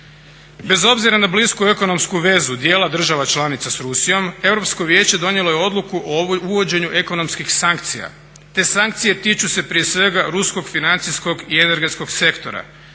Bez obzira na blisku ekonomsku vezu dijela država članica sa Rusijom Europsko vijeće donijelo je odluku o uvođenju ekonomskih sankcija. Te sankcije tiču se prije svega ruskog financijskog i energetskog sektora.